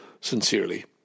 Sincerely